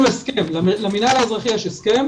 למנהל האזרחי יש הסכם